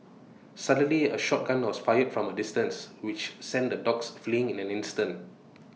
suddenly A shot gun was fired from A distance which sent the dogs fleeing in an instant